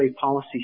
policy